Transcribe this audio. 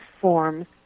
forms